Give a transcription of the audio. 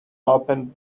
open